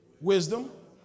wisdom